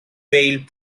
failed